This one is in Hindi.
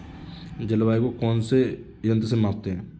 जलवायु को कौन से यंत्र से मापते हैं?